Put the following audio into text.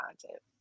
content